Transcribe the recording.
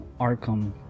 Arkham